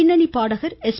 பின்னணி பாடகர் எஸ்